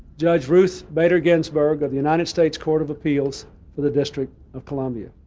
judge ruth bader ginsburg of the united states court of appeals for the district of columbia,